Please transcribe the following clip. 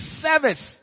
service